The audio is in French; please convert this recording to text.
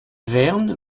verne